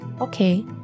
Okay